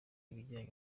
ibijyanye